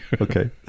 Okay